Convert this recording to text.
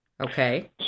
Okay